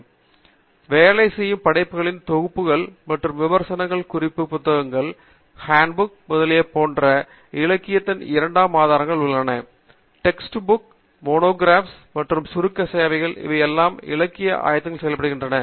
மேலும் வேலை செய்யும் படைப்புகளின் தொகுப்புகள் மற்றும் விமர்சனங்கள் குறிப்பு புத்தகங்கள் ஹேண்ட் பூக் முதலியன போன்ற இலக்கியத்தின் இரண்டாம் ஆதாரங்கள் உள்ளன டெஸ்ட்பூக் மோனோகிராஃப்புகள் மற்றும் சுருக்க சேவைகள் இவையெல்லாம் இலக்கிய ஆய்வுகளிலும் செயல்படுகின்றன